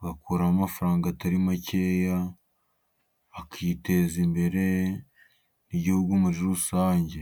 agakuramo amafaranga atari makeya, akiteza imbere ,n'igihugu muri rusange.